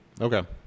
Okay